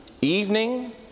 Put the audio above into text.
Evening